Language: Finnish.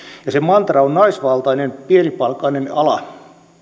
ja se mantra on naisvaltainen pienipalkkainen ala